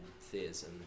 theism